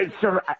Sir